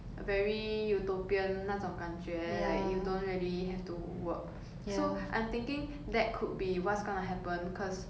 a very utopian 那种感觉 like you don't really have to work so I'm thinking that could be what's gonna happen cause